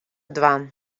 dwaan